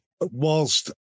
Whilst